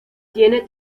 tiene